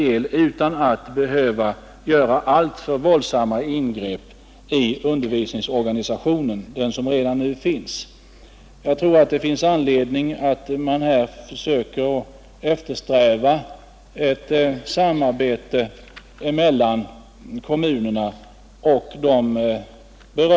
Jag tror att det finns anledning att eftersträva ett bättre samarbete mellan kommunerna och de berörda instanserna på riksnivå, dvs. departementet och skolöverstyrelsen, för att undvika de onödiga konflikter som annars skulle bli följden.